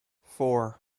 four